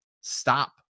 stop